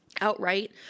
outright